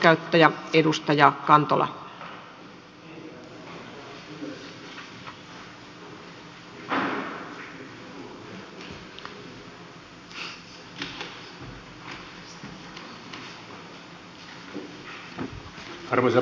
arvoisa rouva puhemies